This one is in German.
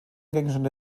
gegenstände